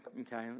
okay